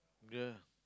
yeah